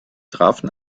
trafen